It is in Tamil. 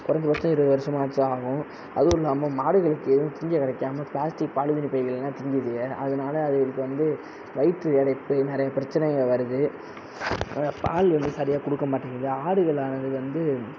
குறைந்த பட்சம் இருபது வருஷமாச்சும் ஆகும் அதுவும் இல்லாமல் மாடுகளுக்கு திங்க கிடைக்காமல் பிளாஸ்டிக் பாலிதீன் பைகளெல்லாம் திங்குது அதனால அதுங்களுக்கு வந்து வயிற்று இரைப்பு நிறையா பிரச்சனைகள் வருது பால் வந்து சரியாக கொடுக்க மாட்டேங்குது ஆடுகளானது வந்து